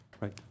Right